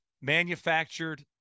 manufactured